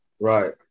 Right